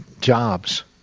jobs